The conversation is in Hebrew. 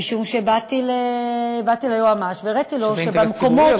משום שבאתי ליועמ"ש, שזה אינטרס ציבורי?